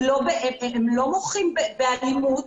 הם לא מוחים באלימות,